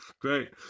Great